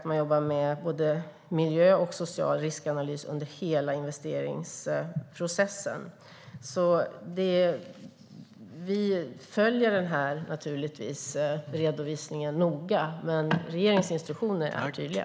Man jobbar med både miljö och social riskanalys under hela investeringsprocessen. Vi följer naturligtvis redovisningen noga, och regeringens instruktioner är tydliga.